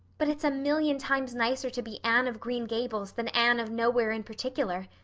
but it's a million times nicer to be anne of green gables than anne of nowhere in particular,